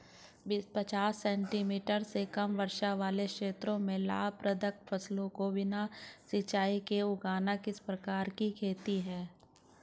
पचास सेंटीमीटर से कम वर्षा वाले क्षेत्रों में लाभप्रद फसलों को बिना सिंचाई के उगाना किस प्रकार की खेती है?